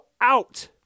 out